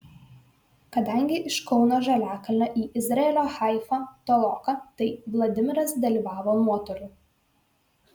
kadangi iš kauno žaliakalnio į izraelio haifą toloka tai vladimiras dalyvavo nuotoliu